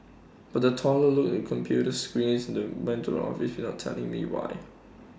but the teller look the computer screen and went into without telling me why